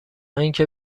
اینکه